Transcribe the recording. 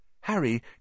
Harry